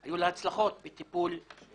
היו לה הצלחות בטיפול בכנופיות,